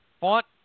Font